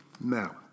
Now